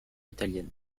italienne